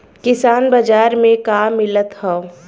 किसान बाजार मे का मिलत हव?